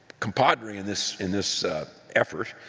compadre in this in this effort.